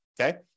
okay